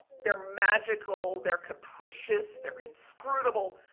they're magical, they're capricious, they're inscrutable,